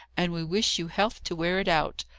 and we wish you health to wear it out!